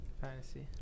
fantasy